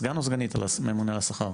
סליחה, 40 מיליון במידה שהכול מאויש כמובן.